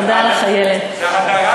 תודה לך, איילת.